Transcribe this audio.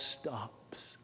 stops